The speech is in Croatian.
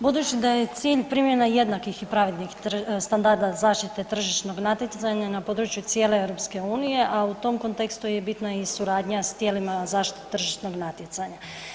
Budući da je cilj primjena jednakih i pravednih standarda zaštite tržišnog natjecanja na području cijele EU, a u tom kontekstu je bitna i suradnja s tijelima zaštite tržišnog natjecanja.